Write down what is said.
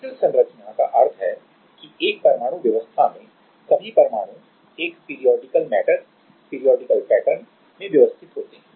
crystal संरचना का अर्थ है कि एक परमाणु व्यवस्था में सभी परमाणु एक periodical matter periodical matter periodical pattern periodical pattern में व्यवस्थित होते हैं